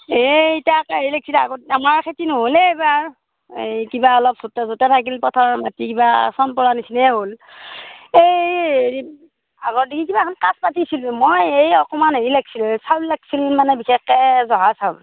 এই তাকেহে লাগছিল আগত আমাৰ খেতি নহ'লেই এইবাৰ এই কিবা অলপ ফুটা চুটা থাকিল পথাৰৰ মাটি কিবা চন পৰা নিচিনাই হ'ল এই হেৰি আগত দেখি কিবা এখান কাজ পাতিছিলোঁ মই এই অকণমান হেৰি লাগছিল চাউল লাগছিল মানে বিশেষকৈ জহা চাউল